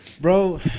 Bro